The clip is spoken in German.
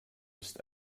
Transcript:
ist